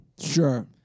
Sure